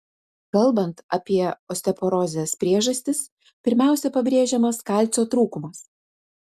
kalbant apie osteoporozės priežastis pirmiausia pabrėžiamas kalcio trūkumas